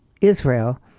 Israel